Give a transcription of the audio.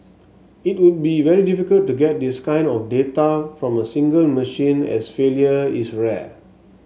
it would be very difficult to get this kind of data from a single machine as failure is rare